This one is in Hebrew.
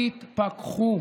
תתפכחו,